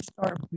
start